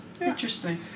Interesting